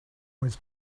was